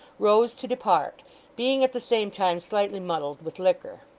rose to depart being at the same time slightly muddled with liquor.